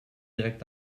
direkt